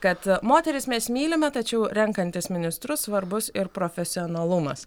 kad moteris mes mylime tačiau renkantis ministrus svarbus ir profesionalumas